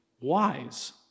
wise